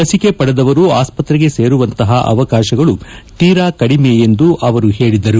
ಲಸಿಕೆ ಪಡೆದವರು ಆಸ್ಪತ್ರೆಗೆ ಸೇರುವಂತಹ ಅವಕಾಶಗಳು ತೀರಾ ಕಡಿಮೆ ಎಂದು ಹೇಳದರು